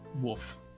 wolf